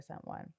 one